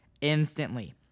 instantly